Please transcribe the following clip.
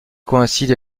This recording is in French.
coïncide